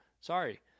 Sorry